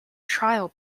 trial